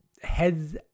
heads